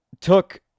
took-